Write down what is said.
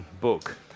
book